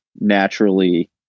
naturally